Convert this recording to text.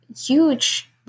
huge